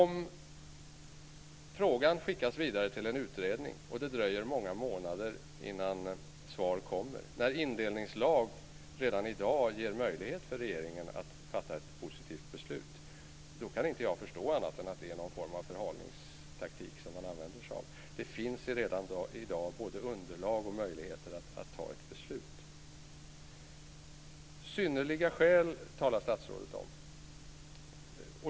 Om frågan skickas vidare till en utredning och det dröjer många månader innan svar kommer, när indelningslagen redan i dag ger möjlighet för regeringen att fatta ett positivt beslut, då kan inte jag förstå annat än att det är någon form av förhalningstaktik som man använder sig av. Det finns redan i dag både underlag och möjligheter att ta ett beslut. Synnerliga skäl talar statsrådet om.